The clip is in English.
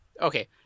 okay